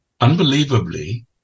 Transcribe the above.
Unbelievably